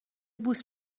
بوس